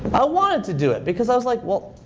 i wanted to do it, because i was like, well,